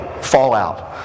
fallout